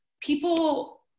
people